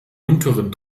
unteren